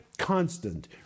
constant